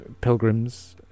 pilgrims